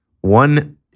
one